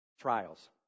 trials